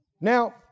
Now